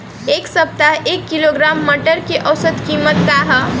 एक सप्ताह एक किलोग्राम मटर के औसत कीमत का ह?